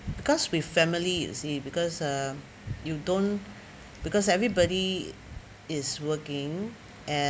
because we family you see because uh you don't because everybody is working and